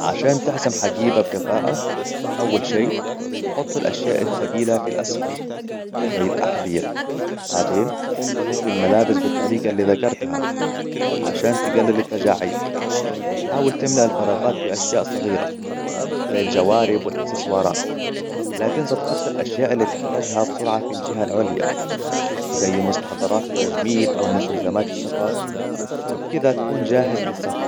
عشان تحزم حقيبة بكفاءة، أول شيء، حط الأشياء الثقيلة في الأسفل، زي الأحذية. بعدين، اطوي الملابس بالطريقة اللي ذكرتها، عشان تقلل التجاعيد. حاول تمنع الفراغات بأشياء صغيرة، زي الجوارب والإكسسوارات. لا تنسى تحط الأشياء اللي تحتاجها بسرعة في الجهة العليا، زي مستحضرات التجميل أو مستلزمات السفر، وبكدا تكون جاهز للسفر.